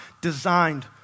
designed